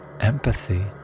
empathy